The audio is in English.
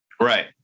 Right